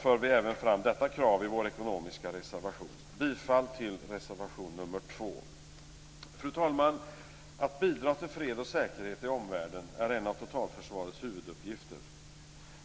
för vi även fram detta krav i vår ekonomiska reservation. Bifall till reservation nr 2! Fru talman! Att bidra till fred och säkerhet i omvärlden är en av totalförsvarets huvuduppgifter.